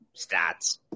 stats